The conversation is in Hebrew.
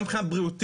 גם מבחינה בריאותית.